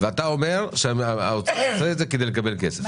ואתה אומר שהאוצר עושה את זה כדי לקבל כסף.